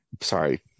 sorry